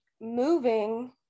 moving